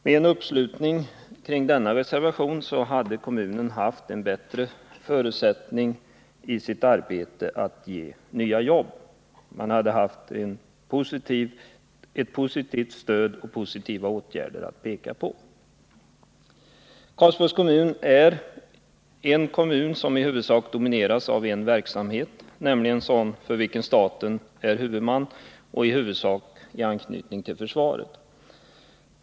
Med en uppslutning kring denna reservation hade kommunen haft bättre förutsättningar för sitt arbete att ge nya jobb. Man hade haft ett positivt stöd och positiva åtgärder att peka på. Karlsborgs kommun är en kommun som domineras av en verksamhet, nämligen sådan för vilken staten är huvudman, och verksamheten är i huvudsak anknuten till försvaret.